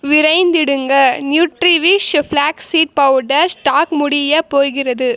விரைந்திடுங்க Nutrivish flax seed powder stock முடிய போகிறது